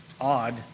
odd